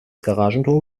garagentor